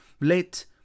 let